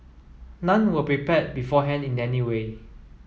none were prepared beforehand in any way